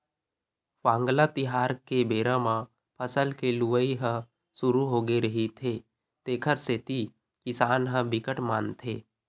वांगला तिहार के बेरा म फसल के लुवई ह सुरू होगे रहिथे तेखर सेती किसान ह बिकट मानथे